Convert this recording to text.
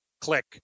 click